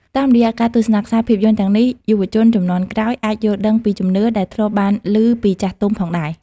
តាមរយៈការទស្សនាខ្សែភាពយន្តទាំងនេះ យុវជនជំនាន់ក្រោយអាចយល់ដឹងពីជំនឿដែលធ្លាប់បានលឺពីចាស់ទុំផងដែរ។